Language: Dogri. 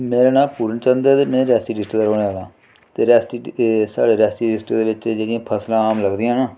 मेरा नाऽ पूर्ण चंद ऐ ते में रियासी डिस्ट्रिक्ट दा रोह्ने आह्लां ते साढ़े रेियासी डिस्ट्रिक्ट च जेह्ड़ियां फसलां आम लगदियां न